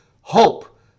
hope